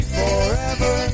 forever